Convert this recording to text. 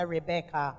Rebecca